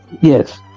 yes